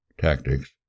tactics